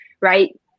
right